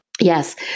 Yes